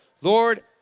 Lord